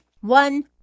One